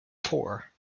poor